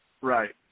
Right